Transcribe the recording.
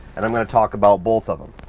and i'm gonna talk about both of them.